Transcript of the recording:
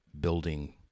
building